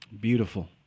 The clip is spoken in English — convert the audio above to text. Beautiful